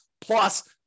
plus